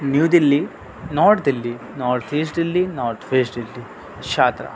new Delhi north Delhi north east Delhi north west Delhi Shahdara